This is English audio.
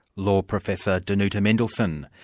law professor danuta mendelson.